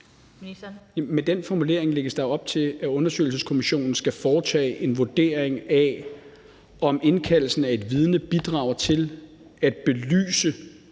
med den formulering lægges der jo op til, at undersøgelseskommissionen skal foretage en vurdering af, om indkaldelsen af et vidne bidrager til at belyse